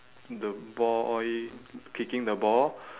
in the boy kicking the ball